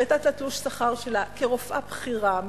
הראתה את התלוש שכר שלה כרופאה בכירה,